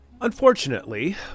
Unfortunately